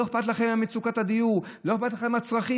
לא אכפת לכם ממצוקת הדיור, לא אכפת לכם מהצרכים.